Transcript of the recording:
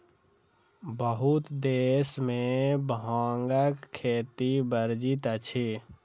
बहुत देश में भांगक खेती वर्जित अछि